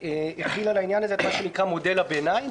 החיל על העניין הזה את מה שנקרא מודל הביניים.